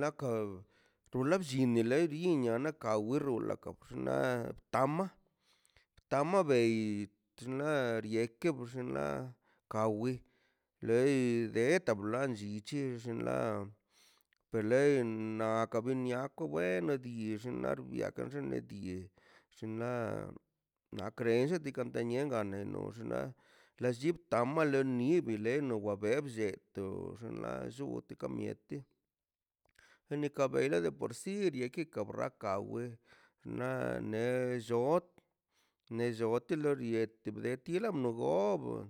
Lakan toga bllin de dinian nak kabe rola na tama tama bei xnaꞌ rieke na kawi na leeka tan bllie biche xinlaka per le aka bin niako bueno di xin labo niako xinla di xinla la creencia dikan xe en lo xna la llip tambale ni bileno wap bellie be xinla llu utaka mieti ena ka bela de por si diikaꞌ braka we na ne lloot ne lloot te rin de deti na blogoꞌ